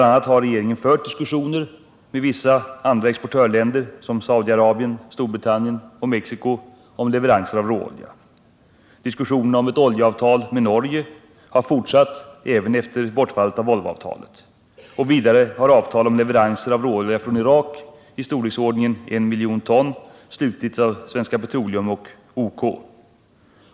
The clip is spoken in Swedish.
a. har regeringen fört diskussioner med vissa andra exportörländer som Saudi-Arabien, Storbritannien och Mexico om leveranser av råolja. Diskussionerna om ett oljeavtal med Norge har fortsatt även efter bortfallet av Volvoavtalet. Vidare har avtal om leveranser av råolja från Irak i storleksordningen en miljon ton slutits av Svenska Petroleum AB och OK.